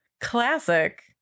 classic